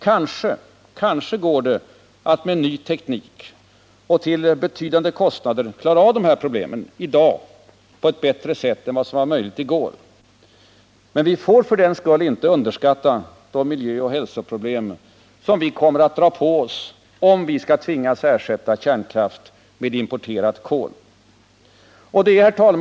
Kanske går det att med ny teknik och till betydande kostnader klara av dessa problem i dag på ett bättre sätt än vad som var möjligt i går. Men vi får för den skull inte underskatta de miljöoch hälsoproblem som vi kommer att dra på oss, om vi skall tvingas ersätta kärnkraft med importerat kol. Herr talman!